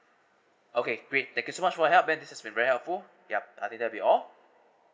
okay great thank you so much for your help and this is been very helpful yup I think that will be all